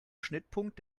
schnittpunkt